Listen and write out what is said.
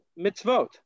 mitzvot